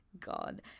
god